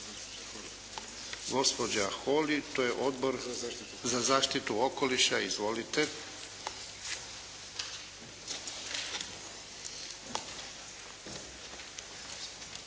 Gospođa Holy. To je Odbor za zaštitu okoliša. Izvolite.